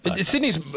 Sydney's